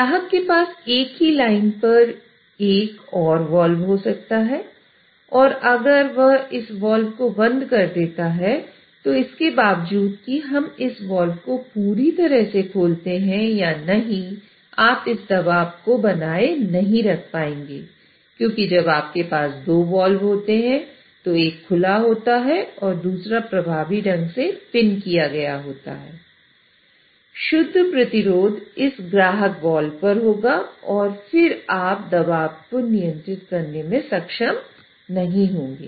ग्राहक के पास एक ही लाइन पर एक और वाल्व हो सकता है और अगर वह इस वाल्व को बंद कर देता है तो इसके बावजूद कि हम इस वाल्व को पूरी तरह से खोलते हैं या नहीं आप इस दबाव को बनाए नहीं रख पाएंगे क्योंकि जब आपके पास 2 वाल्व होते हैं तो एक खुला होता है और दूसरा प्रभावी ढंग से पिन किया गया होता है शुद्ध प्रतिरोध इस ग्राहक वाल्व पर होगा और फिर आप दबाव को नियंत्रित करने में सक्षम नहीं होंगे